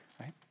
right